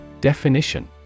Definition